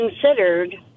considered